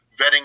vetting